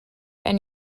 and